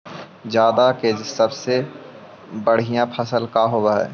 जादा के सबसे बढ़िया फसल का होवे हई?